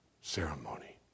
ceremony